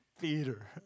Peter